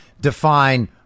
define